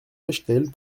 bechtel